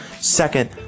Second